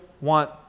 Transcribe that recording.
want